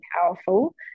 powerful